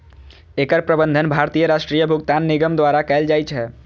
एकर प्रबंधन भारतीय राष्ट्रीय भुगतान निगम द्वारा कैल जाइ छै